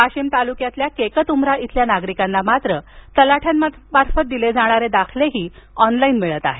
वाशिम तालुक्यातल्या केकतउमरा इथल्या नागरिकांना मात्र तलाठ्यांमार्फत दिले जाणारे दाखलेही ऑनलाईन मिळत आहेत